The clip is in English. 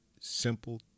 Simple